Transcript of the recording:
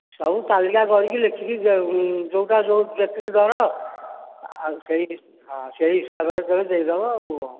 ସବୁ ତାଲିକା କରିକି ଲେଖିକି ଯେଉଁଟା ଯେଉଁ ଯେତିକି ଦର ଆଉ ସେଇ ହଁ ହିସାବରେ ଦେଇଦେବ ଆଉ